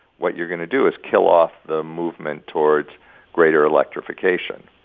what you're going to do is kill off the movement towards greater electrification.